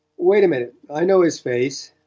wait a minute i know his face.